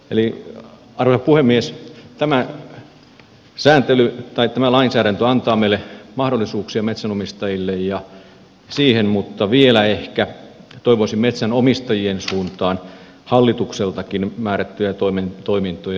eli arvoisa puhemies tämä lainsäädäntö antaa meille mahdollisuuksia metsänomistajille mutta vielä ehkä toivoisin metsänomistajien suuntaan hallitukseltakin määrättyjä toimintoja